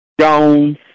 Jones